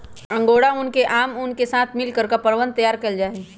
angora ऊन के आम ऊन के साथ मिलकर कपड़वन तैयार कइल जाहई